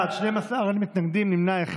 12, אין מתנגדים, יש שני נמנעים.